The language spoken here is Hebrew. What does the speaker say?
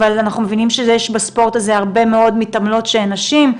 אבל אנחנו מבינים שיש בספורט הזה הרבה מאוד מתעמלות שהן נשים.